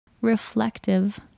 reflective